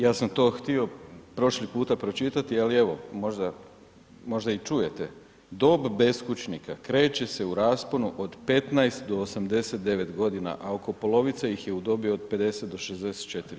Ja sam to htio prošli puta pročitati, ali evo, možda, možda i čujete, dob beskućnika kreće se u rasponu od 15 do 89.g., a oko polovica ih je u dobi od 50 do 64.